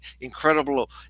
incredible